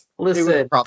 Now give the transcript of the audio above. Listen